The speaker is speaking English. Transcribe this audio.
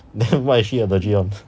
没有 what is she allergy of eh